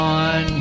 on